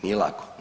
Nije lako